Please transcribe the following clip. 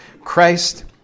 Christ